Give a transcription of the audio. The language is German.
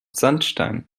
sandstein